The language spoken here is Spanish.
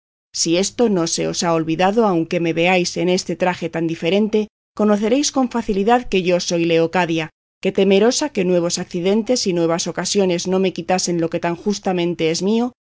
si esto no se os ha olvidado aunque me veáis en este traje tan diferente conoceréis con facilidad que yo soy leocadia que temerosa que nuevos accidentes y nuevas ocasiones no me quitasen lo que tan justamente es mío